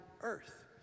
earth